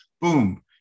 boom